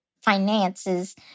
finances